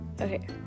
okay